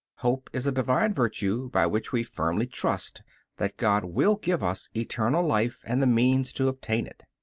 hope is a divine virtue by which we firmly trust that god will give us eternal life and the means to obtain it.